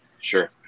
Sure